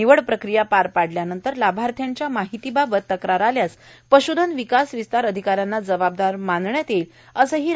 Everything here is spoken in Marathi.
निवड प्रक्रिया पार पाडल्यानंतर लाभार्थींच्या माहितीबाबत तक्रार आल्यास पशुधन विकास विस्तार अधिका यांना जबाबदार मानण्यात येईल असे श्री